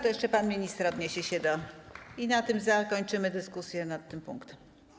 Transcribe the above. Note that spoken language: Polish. To jeszcze pan minister się odniesie i na tym zakończymy dyskusję nad tym punktem.